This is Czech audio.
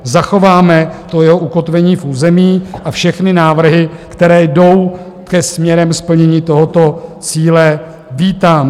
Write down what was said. Zachováme to jeho ukotvení v území a všechny návrhy, které jdou směrem ke splnění tohoto cíle, vítám.